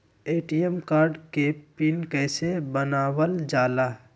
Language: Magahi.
ए.टी.एम कार्ड के पिन कैसे बनावल जाला?